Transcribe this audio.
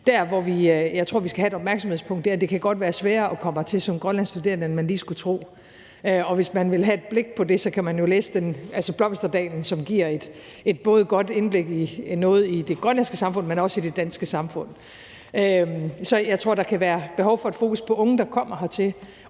jeg tror, vi skal have et opmærksomhedspunkt, er på, at det godt kan være sværere at komme hertil som grønlandsk studerende, end man lige skulle tro. Hvis man vil have et blik på det, kan man jo læse »Blomsterdalen«, som både giver et godt indblik i noget i det grønlandske samfund, men også i det danske samfund. Så jeg tror, der kan være behov for et fokus på unge, der kommer hertil,